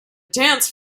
dance